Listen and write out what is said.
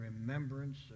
remembrance